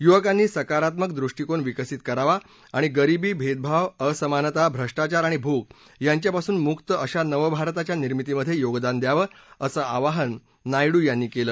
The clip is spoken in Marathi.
युवकांनी सकारात्मक दृष्टीकोन विकसित करावा आणि गरिबी भेदभाव असमानता भ्रष्टाचार आणि भूक यांच्यापासून मुक्त अशा नवभारताच्या निर्मितीमध्ये योगदान द्यावं असं आवाहन नायडू यांनी केलं